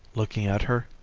looking at her,